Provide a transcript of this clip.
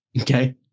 Okay